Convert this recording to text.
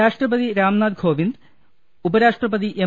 രാഷ്ട്രപതി രാംനാഥ് കോവിന്ദ് ഉപരാഷ്ട്രപതി എം